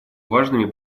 важными